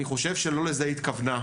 אני חושב שלא לזה היא התכוונה.